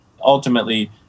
Ultimately